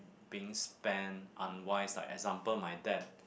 being spent unwise like example my dad